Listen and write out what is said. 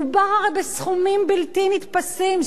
מדובר הרי בסכומים בלתי נתפסים,